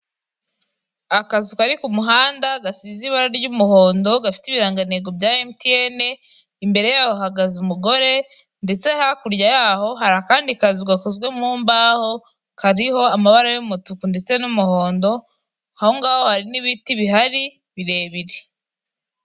akazu kari ku kumuhanda gasize ibara ry'umuhondo gafite ibirangantego bya MTN imbere ya hagaze umugore ndetse hakurya yaho hari akandi kazu gakozwe mu mbaho kariho amabara y'umutuku ndetse n'umuhondo ahongaho hari n'ibiti bihari birebire.